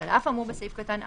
(ב)על אף האמור בסעיף קטן (א),